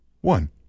One